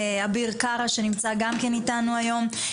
אביר קארה שנמצא גם כן איתנו היום,